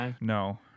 No